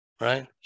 right